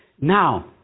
Now